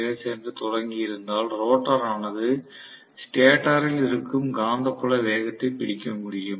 5 hertz என்று தொடங்கி இருந்தால் ரோட்டோர் ஆனது ஸ்டேட்டரில் இருக்கும் காந்தப்புல வேகத்தை பிடிக்க முடியும்